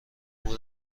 عبور